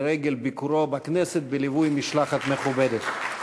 לרגל ביקורו בכנסת, בליווי משלחת מכובדת.